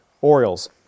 Orioles